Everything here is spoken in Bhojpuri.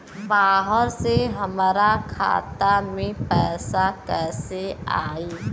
बाहर से हमरा खाता में पैसा कैसे आई?